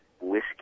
whiskey